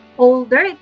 holder